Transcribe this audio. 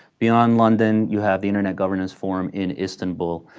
beyond london, you have the internet governance forum in istanbul.